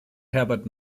herbert